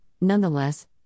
nonetheless